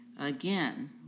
Again